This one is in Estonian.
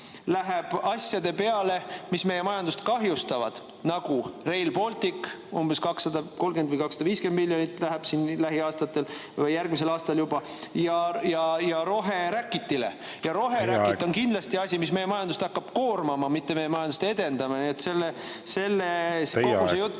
läheb asjade peale, mis meie majandust kahjustavad, nagu Rail Baltic – 230 või 250 miljonit läheb lähiaastatel või järgmisel aastal juba – ja roheräkit. Teie aeg! Ja roheräkit on kindlasti asi, mis meie majandust hakkab koormama, mitte edendama.